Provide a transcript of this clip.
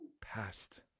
past